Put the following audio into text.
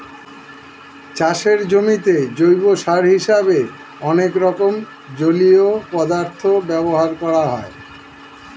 চাষের জমিতে জৈব সার হিসেবে অনেক রকম জলীয় পদার্থ ব্যবহার করা হয়